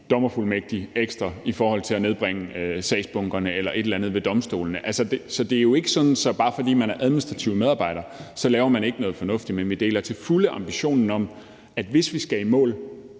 dommerfuldmægtig ekstra, i forhold til at nedbringe sagsbunkerne eller et eller andet ved domstolene. Så det er jo ikke sådan, at bare fordi man er administrativ medarbejder, laver man ikke noget fornuftigt. Men vi deler til fulde ambitionen om, at hvis vi skal i mål